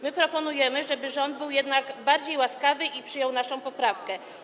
My proponujemy, żeby rząd był jednak bardziej łaskawy i przyjął naszą poprawkę.